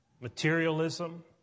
materialism